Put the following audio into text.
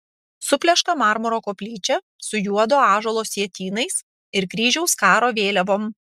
supleška marmuro koplyčia su juodo ąžuolo sietynais ir kryžiaus karo vėliavom